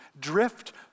Drift